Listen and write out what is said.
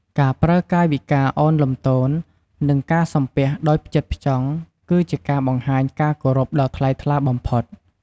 ការប្រើកាយវិការឱនលំទោន និងការសំពះដោយផ្ចិតផ្ចង់គឺជាការបង្ហាញការគោរពដ៏ថ្លៃថ្លាបំផុត។